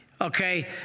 Okay